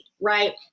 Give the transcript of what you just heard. right